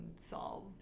solve